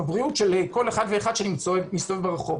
כל אחד ואחד שמסתובב ברחוב.